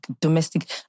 domestic